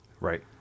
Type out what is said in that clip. Right